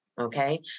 okay